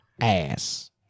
ass